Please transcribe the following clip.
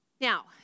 Now